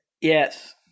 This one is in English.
Yes